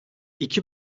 i̇ki